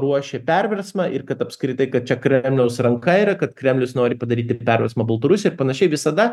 ruošė perversmą ir kad apskritai kad čia kremliaus ranka yra kad kremlius nori padaryti perversmą baltarusijai ir panašiai visada